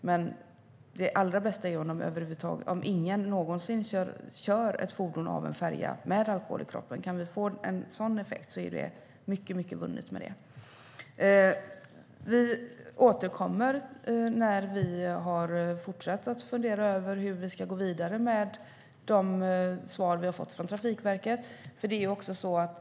Men det allra bästa är om ingen någonsin kör av ett fordon från en färja med alkohol i kroppen. Om vi kan få en sådan effekt är mycket vunnet med det. Vi återkommer när vi har funderat över hur vi ska gå vidare med de svar som vi har fått från Trafikverket.